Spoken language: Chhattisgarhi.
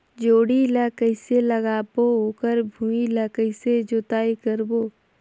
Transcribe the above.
जोणी ला कइसे लगाबो ओकर भुईं ला कइसे जोताई करबो?